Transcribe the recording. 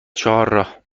چهارراه